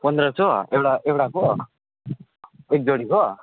पन्ध्र सौ एउटा एउटाको एक जोडीको